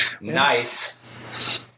nice